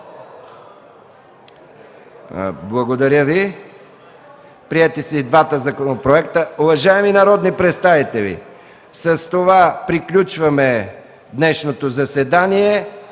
първо четене. Приети са и двата законопроекта. Уважаеми народни представители, с това приключваме днешното заседание.